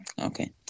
Okay